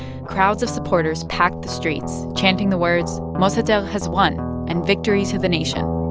crowds of supporters packed the streets chanting the words, mossadegh has won and, victory to the nation.